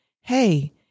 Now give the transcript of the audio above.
hey